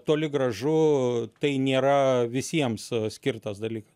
toli gražu tai nėra visiems skirtas dalykas